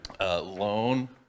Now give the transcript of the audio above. loan